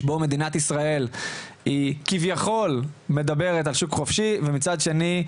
שבו מדינת ישראל היא כביכול מדברת על שוק חופשי ומצד שני,